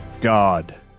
God